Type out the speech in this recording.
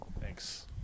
Thanks